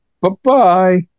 bye-bye